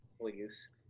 please